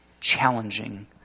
challenging